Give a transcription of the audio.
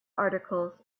articles